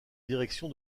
direction